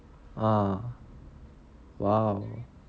!wow! !wow!